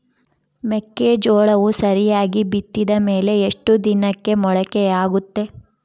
ಮೆಕ್ಕೆಜೋಳವು ಸರಿಯಾಗಿ ಬಿತ್ತಿದ ಮೇಲೆ ಎಷ್ಟು ದಿನಕ್ಕೆ ಮೊಳಕೆಯಾಗುತ್ತೆ?